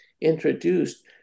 introduced